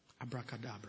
Abracadabra